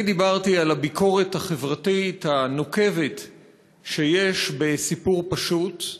אני דיברתי על הביקורת החברתית הנוקבת שיש ב"סיפור פשוט"